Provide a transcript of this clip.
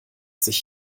sich